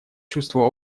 чувство